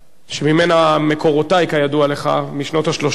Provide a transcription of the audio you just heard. שממנה מקורותי, כידוע לך, משנות ה-30,